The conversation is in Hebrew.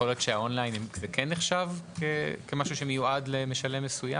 יכול להיות שהאונליין כן מיועד למשלם מסוים?